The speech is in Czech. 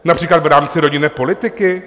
Například v rámci rodinné politiky?